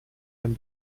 den